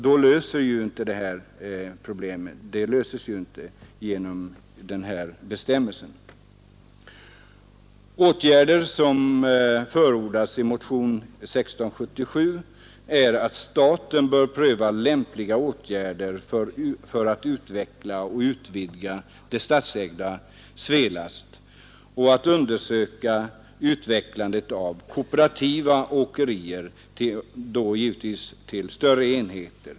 Det problemet löses inte genom den här bestämmelsen. Åtgärder som förordats i motion 1677 är att staten bör pröva lämpliga vägar för att utveckla och utvidga det statsägda Svelast och undersöka utvecklandet av kooperativa åkerier till större enheter.